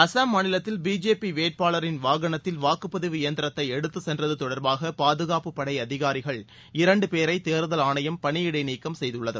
அசாம் மாநிலத்தில் பிஜேபி வேட்பாளரின் வாகனத்தில் வாக்குப்பதிவு இயந்திரத்தை எடுத்து சென்றது தொடர்பாக பாதுகாப்புப்படை அதிகாரிகள் இரண்டு பேரை தேர்தல் ஆணையம் பணியிடை நீக்கம் செய்துள்ளது